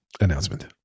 announcement